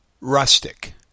rustic